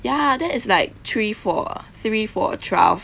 ya that is like three for three for twelve